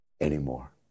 anymore